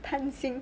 贪心